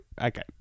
Okay